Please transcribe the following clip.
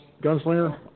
Gunslinger